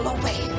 away